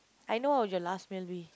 I know what your last meal be